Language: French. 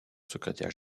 secrétaire